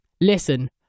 Listen